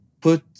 put